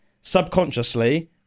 subconsciously